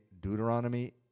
Deuteronomy